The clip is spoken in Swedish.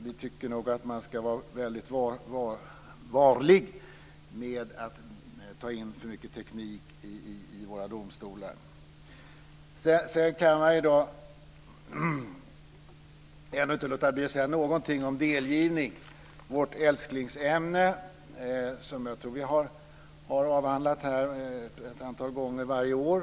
Vi tycker nog att man ska vara mycket varlig med att ta in för mycket teknik i våra domstolar. Jag kan inte låta bli att säga någonting om delgivning, vårt älsklingsämne, som jag tror att vi har avhandlat här ett antal gånger varje år.